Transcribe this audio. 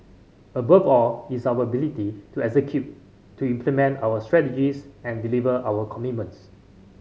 above all is our ability to execute to implement our strategies and deliver our commitments